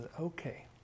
okay